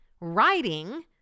writing